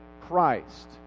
Christ